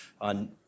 on